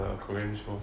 the korean show